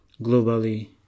globally